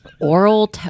Oral